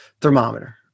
thermometer